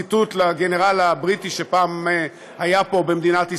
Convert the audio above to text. ציטוט של הגנרל הבריטי שפעם היה פה במדינת ישראל.